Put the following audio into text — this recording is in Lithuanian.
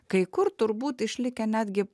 kai kur turbūt išlikę netgi